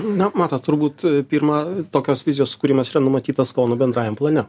na matot turbūt pirma tokios vizijos kūrimas yra numatytas kauno bendrajam plane